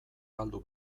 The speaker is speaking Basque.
galdu